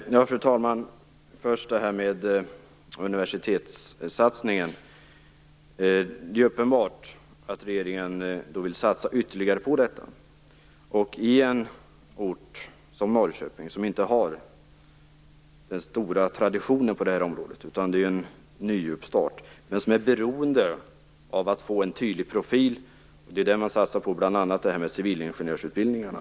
Fru talman! Först vill jag ta upp det här med universitetssatsningen. Det är uppenbart att regeringen vill satsa ytterligare på detta. Norrköping har inte stor tradition på det här området utan får en nystart, men man är beroende av att få en tydlig profil och satsar därför på bl.a. civilingenjörsutbildningarna.